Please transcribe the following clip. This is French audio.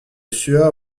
sueur